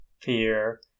fear